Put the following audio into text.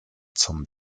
zum